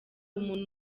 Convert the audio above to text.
umuntu